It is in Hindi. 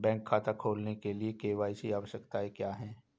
बैंक खाता खोलने के लिए के.वाई.सी आवश्यकताएं क्या हैं?